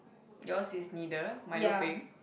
yours is neither Milo peng